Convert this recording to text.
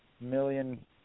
million